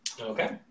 Okay